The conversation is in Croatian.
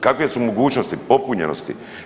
Kakve su mogućnosti popunjenosti?